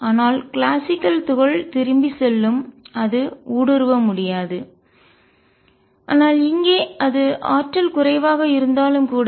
ஆனால் கிளாசிக்கல் துகள் திரும்பிச் செல்லும் அது ஊடுருவ முடியாது ஆனால் இங்கே அது ஆற்றல் குறைவாக இருந்தாலும் கூட